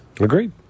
Agreed